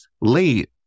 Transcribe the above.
late